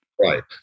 Right